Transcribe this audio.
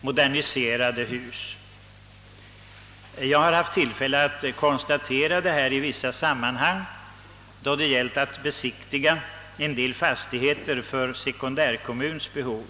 moderniserade hus. Jag har haft tillfälle att göra sådana konstateranden i vissa sammanhang vid besiktning av en del fastigheter för sekundärkommuns behov.